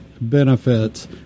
benefits